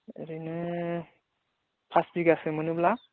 ओरैनो पास बिगासो मोनोब्ला